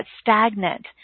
stagnant